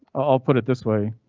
i'll put it this way,